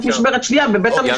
חשבתי על כך גם בעצמי.